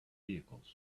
vehicles